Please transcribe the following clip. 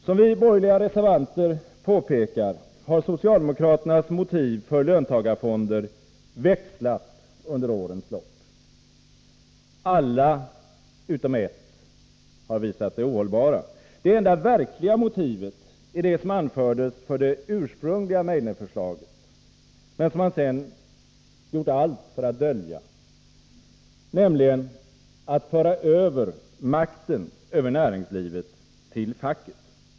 Som vi borgerliga reservanter påpekar har socialdemokraternas motiv för löntagarfonder växlat under årens lopp. Alla utom ett har visat sig ohållbara. Det enda verkliga motivet är det som anfördes för det ursprungliga Meidner-förslaget, men som man sedan gjort allt för att dölja, nämligen att föra över makten över näringslivet till facket.